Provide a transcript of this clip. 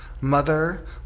mother